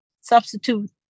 substitute